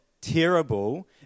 terrible